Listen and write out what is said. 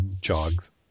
jogs